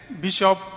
Bishop